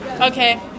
Okay